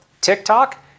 TikTok